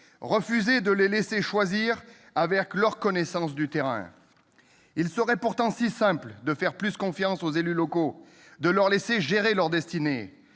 refuser de les laisser choisir à partir de leur connaissance du terrain. Il serait pourtant si simple de faire plus confiance aux élus locaux, de les laisser gérer leur destinée.